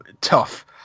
tough